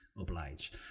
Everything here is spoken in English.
Oblige